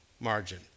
margin